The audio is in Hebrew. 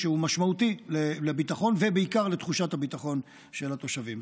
שהוא משמעותי לביטחון ובעיקר לתחושת הביטחון של התושבים,